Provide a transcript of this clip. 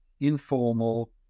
informal